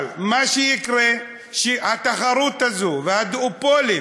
אבל מה שיקרה הוא שלתחרות הזו ולדואופולים